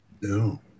No